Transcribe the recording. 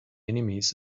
enemies